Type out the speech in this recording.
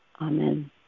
Amen